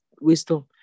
wisdom